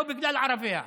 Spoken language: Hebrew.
לא בגלל ערביה,